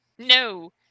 No